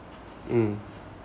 mm